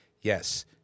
yes